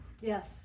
Yes